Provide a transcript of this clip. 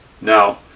Now